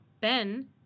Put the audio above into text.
Ben